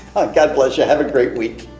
god bless you have a great week